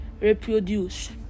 reproduce